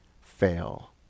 fail